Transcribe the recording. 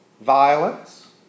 violence